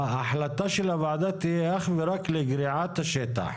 ההחלטה של הוועדה תהיה אך ורק לגריעת השטח.